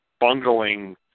bungling